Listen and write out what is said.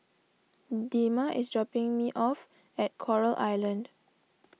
Dema is dropping me off at Coral Island